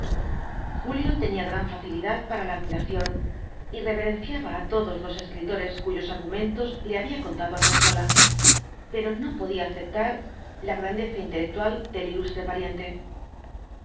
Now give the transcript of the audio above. julio tenía gran facilidad para la admiración y reverenciaba á todos los escritores cuyos argumentos le había contado argensola pero no podía aceptar la grandeza intelectual del ilustre pariente